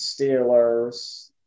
Steelers